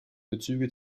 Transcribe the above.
bezüge